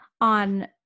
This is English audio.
on